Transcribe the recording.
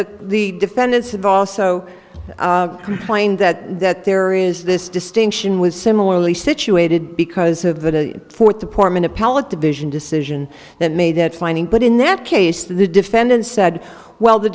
the the defendants have also complained that that there is this distinction was similarly situated because of the fourth department appellate division decision that made that finding but in that case the defendant said well the